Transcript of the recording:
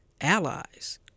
allies